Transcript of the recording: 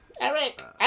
Eric